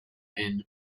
end